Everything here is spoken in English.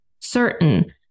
certain